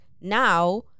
now